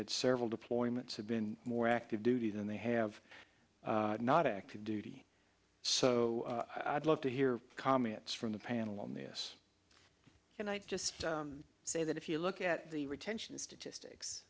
had several deployments have been more active duty than they have not active duty so i'd love to hear comments from the panel on this and i'd just say that if you look at the retention statistics